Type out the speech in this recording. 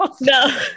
No